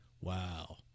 wow